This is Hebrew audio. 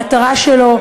המטרה שלו,